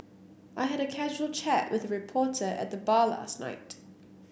I had a casual chat with a reporter at the bar last night